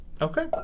Okay